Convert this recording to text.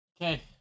Okay